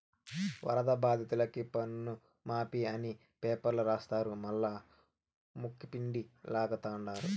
వరద బాధితులకి పన్నుమాఫీ అని పేపర్ల రాస్తారు మల్లా ముక్కుపిండి లాగతండారు